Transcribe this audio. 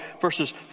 verses